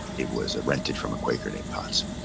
it was rented from a quaker named potts.